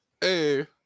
Hey